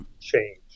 change